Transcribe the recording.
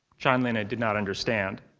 chanlina did not understand.